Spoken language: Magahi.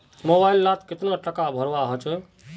मोबाईल लोत कतला टाका भरवा होचे?